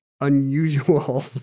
unusual